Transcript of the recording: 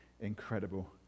incredible